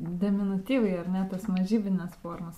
deminutyvai ar ne tos mažybinės formos